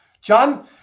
John